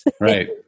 Right